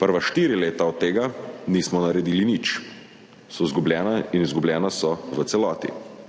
Prva štiri leta od tega nismo naredili nič, so izgubljena in izgubljena so v celoti. Izbruh